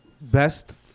best